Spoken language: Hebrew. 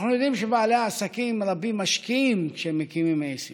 אנחנו יודעים שבעלי עסקים רבים משקיעים כשהם מקימים עסק,